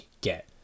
get